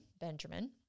Benjamin